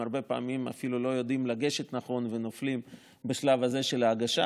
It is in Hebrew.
הרבה פעמים הן אפילו לא יודעות לגשת נכון ונופלות בשלב הזה של ההגשה.